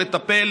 לטפל,